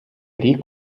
рік